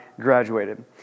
graduated